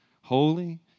holy